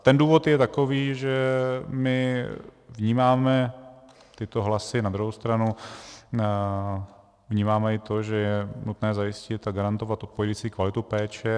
Ten důvod je takový, že my vnímáme tyto hlasy, na druhou stranu vnímáme i to, že je nutné zajistit a garantovat odpovídající kvalitu péče.